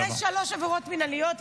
אחרי שלוש עבירות מינהליות,